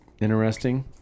interesting